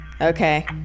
Okay